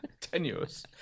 Tenuous